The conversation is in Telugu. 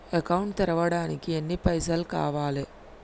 అకౌంట్ తెరవడానికి ఎన్ని పైసల్ కావాలే?